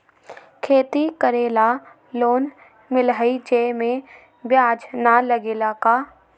खेती करे ला लोन मिलहई जे में ब्याज न लगेला का?